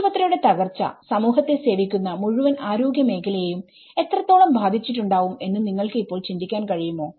ആശുപത്രി യുടെ തകർച്ച സമൂഹത്തെ സേവിക്കുന്ന മുഴുവൻ ആരോഗ്യ മേഖലയെയും എത്രത്തോളം ബാധിച്ചിട്ടുണ്ടാവും എന്ന് നിങ്ങൾക്ക് ഇപ്പോൾ ചിന്തിക്കാൻ കഴിയുമോ